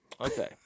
okay